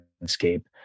landscape